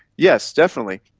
yes, definitely.